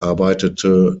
arbeitete